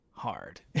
hard